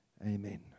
Amen